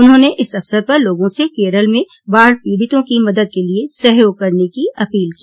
उन्होंने इस अवसर पर लोगों से केरल में बाढपीड़ितों की मदद के लिए सहयोग करने की अपील की